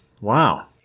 Wow